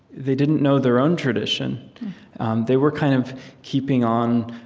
they didn't know their own tradition they were kind of keeping on,